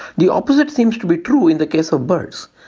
the opposite seems to be true in the case of birds.